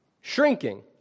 shrinking